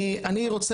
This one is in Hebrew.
אני רוצה